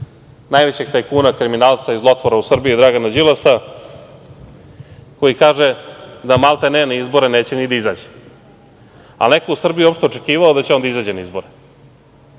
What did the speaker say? najvećeg tajkuna, kriminalca i zlotvora u Srbiji, Dragana Đilasa, koji kaže da maltene na izbore neće da izađe. Da li je neko u Srbiji uopšte očekivao da će on da izađe na izbore?